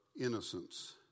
innocence